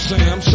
Sam